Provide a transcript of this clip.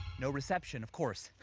no reception. of course.